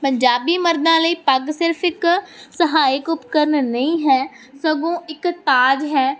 ਪੰਜਾਬੀ ਮਰਦਾਂ ਲਈ ਪੱਗ ਸਿਰਫ ਇੱਕ ਸਹਾਇਕ ਉਪਕਰਨ ਨਹੀਂ ਹੈ ਸਗੋਂ ਇੱਕ ਤਾਜ ਹੈ